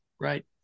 Right